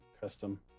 custom